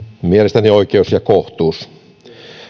mielestäni oikeus ja kohtuus